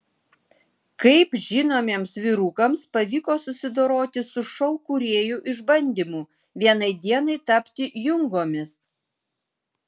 kaip žinomiems vyrukams pavyko susidoroti su šou kūrėjų išbandymu vienai dienai tapti jungomis